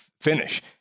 finish